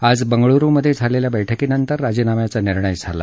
आज बंगळुरुमधे झालेल्या बैठकीनंतर राजीनाम्याचा निर्णय झाला